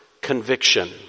conviction